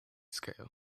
scale